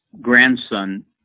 grandson